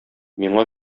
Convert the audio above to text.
миңа